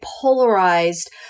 polarized